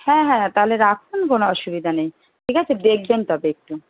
হ্যাঁ হ্যাঁ তাহলে রাখুন কোনো অসুবিধা নেই ঠিক আছে দেখবেন তবে একটু